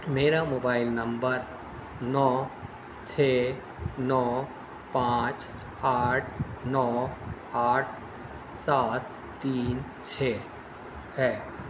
میرا mobile number نو چھ نو پانچ آٹھ نو آٹھ سات تین چھ ہے